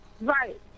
Right